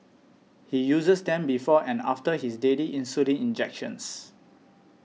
he uses them before and after his daily insulin injections